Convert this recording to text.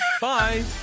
Bye